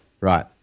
right